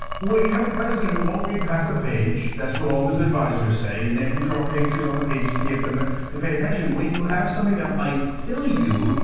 well, you have a president who won't read past the page. that's what all of his advisors say. and they have to draw pictures on the pages to get them ah to pay attention when you have something that might kill you.